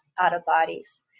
out-of-bodies